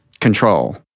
Control